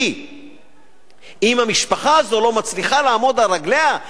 כי אם המשפחה הזאת לא מצליחה לעמוד על רגליה,